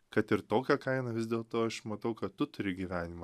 kad ir tokią kainą vis dėlto aš matau kad tu turi gyvenimą